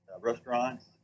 restaurants